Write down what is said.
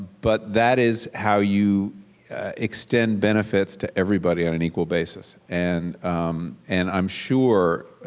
but that is how you extend benefits to everybody on an equal basis. and and i am sure